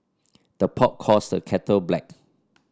the pot calls the kettle black